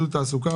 עידוד תעסוקה,